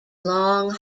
long